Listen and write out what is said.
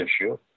issue